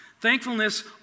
Thankfulness